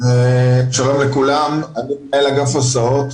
שלום לכולם, אני מנהל אגף הסעות.